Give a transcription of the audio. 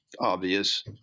obvious